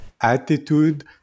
attitude